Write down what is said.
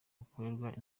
bukorerwa